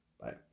Bye